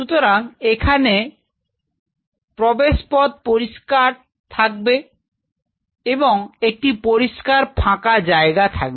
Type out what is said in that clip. সুতরাং এখানে প্রবেশ পথ পরিষ্কার থাকবে এবং একটি পরিষ্কার ফাঁকা জায়গা থাকবে